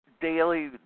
daily